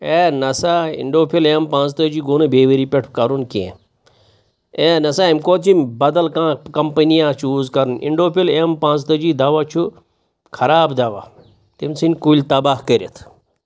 ہے نسا اِنڈوفِل ایٚم پانٛژھ تٲجی گوٚو نہٕ بیٚیہِ ؤری پٮ۪ٹھ کَرُن کیٚنٛہہ ہے نَسا اَمہِ کھۄتہٕ چھِ یِم بَدَل کانٛہہ کَمپٔنیٛاہ چوٗز کَرُن اِنڈوفِل ایٚم پانٛژتٲجی دَوا چھُ خراب دَوا تٔمۍ ژھُنۍ کُلۍ تَباہ کٔرِتھ